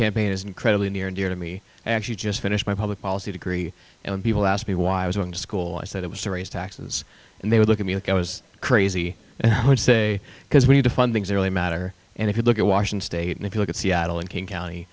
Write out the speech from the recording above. campaign is incredibly near and dear to me actually just finished my public policy degree and when people asked me why i was going to school i said it was to raise taxes and they would look at me like i was crazy and i would say because we need to fund things that really matter and if you look at washington state and if you look at seattle and king county